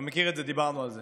אתה מכיר את זה, דיברנו על זה.